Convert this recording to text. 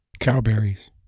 Cowberries